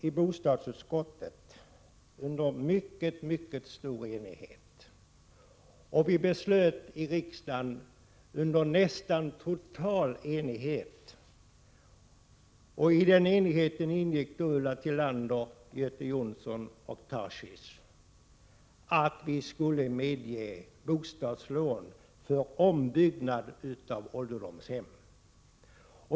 I bostadsutskottet beslöt vi under mycket stor enighet och i riksdagen beslöt vi under nästan total enighet — den enigheten gällde också Ulla Tillander, Göte Jonsson och Daniel Tarschys — att bostadslån skulle medges för ombyggnad av ålderdomshem.